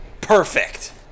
Perfect